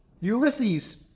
Ulysses